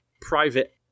Private